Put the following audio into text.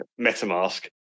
MetaMask